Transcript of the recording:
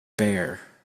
bear